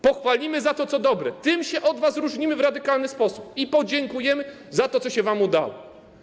Pochwalimy za to, co dobre, tym się od was różnimy w radykalny sposób, i podziękujemy za to, co się wam udało.